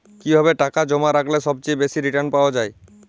কিভাবে টাকা জমা রাখলে সবচেয়ে বেশি রির্টান পাওয়া য়ায়?